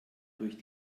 durch